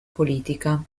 politica